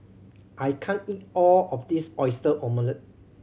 I can't eat all of this Oyster Omelette